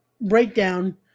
breakdown